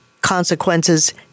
consequences